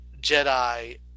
Jedi